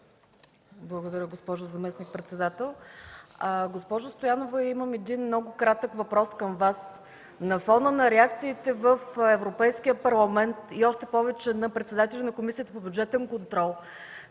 Благодаря, госпожо заместник-председател. Госпожо Стоянова, имам един много кратък въпрос към Вас: на фона на реакциите в Европейския парламент и още повече на председателя на Комисията по бюджетен контрол,